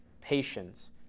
patience